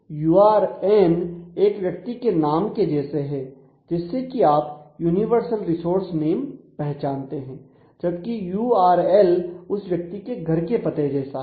you R N एक व्यक्ति के नाम के जैसे हैं जिससे कि आप यूनिवर्सल रिसोर्स नेम पहचानते हैं जबकि यूआरएल उस व्यक्ति के घर के पते जैसा है